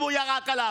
הוא ירק עליו.